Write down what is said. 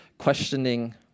Questioning